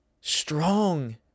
strong